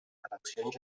eleccions